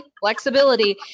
flexibility